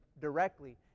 directly